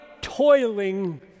toiling